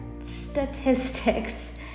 statistics